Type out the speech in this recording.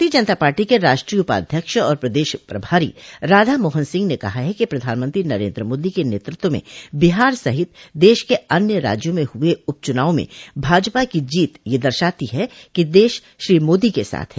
भारतीय जनता पार्टी के राष्ट्रीय उपाध्यक्ष और प्रदेश प्रभारी राधा मोहन सिंह ने कहा कि प्रधानमंत्री नरेन्द्र मोदी के नेतृत्व में बिहार सहित देश के कई अन्य राज्यों में हुए उप चुनाव में भाजपा की जीत यह दर्शाती है कि देश श्री मोदी के साथ है